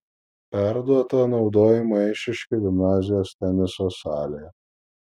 perduota naudojimui eišiškių gimnazijos teniso salė